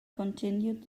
continued